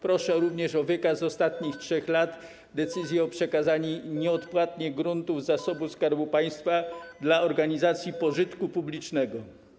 Proszę również o wykaz z ostatnich 3 lat decyzji o przekazanie nieodpłatnie gruntów zasobu Skarbu Państwa dla organizacji pożytku publicznego.